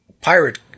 Pirate